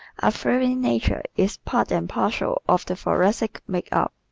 a fiery nature is part and parcel of the thoracic's makeup.